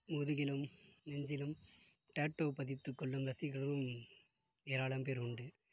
முதுகிலும் நெஞ்சிலும் டாட்டூ பதித்திக்கொள்ளும் ரசிகர்களும் ஏராளம் பேர் உண்டு